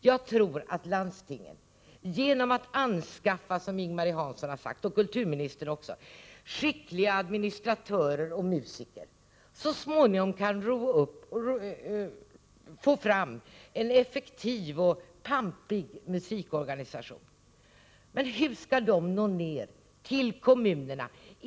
Jag tror att landstingen genom att anskaffa, som Ing-Marie Hansson och kulturministern har sagt, skickliga administratörer och musiker så småningom kan få fram en effektiv och pampig musikorganisation. Men hur skall man nå ner till kommunerna?